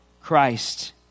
Christ